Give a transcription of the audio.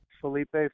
Felipe